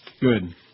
Good